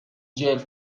جلف